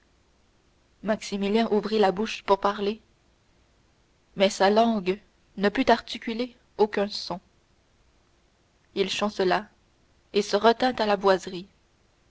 maximilien ouvrit la bouche pour parler mais sa langue ne put articuler aucun son il chancela et se retint à la boiserie